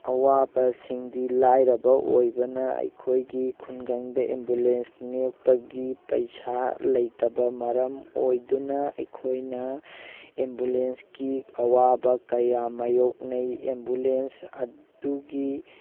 ꯑꯋꯥꯕꯁꯤꯡꯗꯤ ꯂꯥꯏꯔꯕ ꯑꯣꯏꯕꯅ ꯑꯩꯈꯣꯏꯒꯤ ꯈꯨꯟꯒꯪꯗ ꯑꯦꯝꯕꯨꯂꯦꯟꯁ ꯅꯦꯛꯄꯒꯤ ꯄꯩꯁꯥ ꯂꯩꯇꯕ ꯃꯔꯝ ꯑꯣꯏꯗꯨꯅ ꯑꯩꯈꯣꯏꯅ ꯑꯦꯝꯕꯨꯂꯦꯟꯁꯀꯤ ꯑꯋꯥꯕ ꯀꯌꯥ ꯃꯥꯌꯣꯛꯅꯩ ꯑꯦꯝꯕꯨꯂꯦꯟꯁ ꯑꯗꯨꯒꯤ